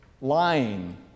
lying